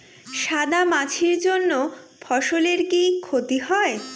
সাদা মাছির জন্য ফসলের কি ক্ষতি হয়?